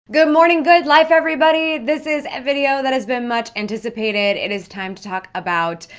good morning, good life, everybody. this is a video that has been much anticipated. it is time to talk about,